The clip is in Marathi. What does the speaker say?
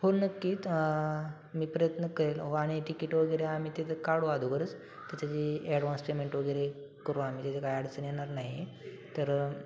हो नक्कीच मी प्रयत्न करेल हो आणि तिकीट वगैरे आम्ही तिथं काढू अगोदरच त्याच्या जी ॲडव्हान्स पेमेंट वगैरे करू आम्ही तिथे काय अडचण येणार नाही तर